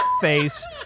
Face